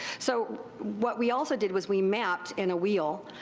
so what we also did was we mapped in a wheel,